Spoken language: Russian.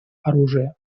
оружия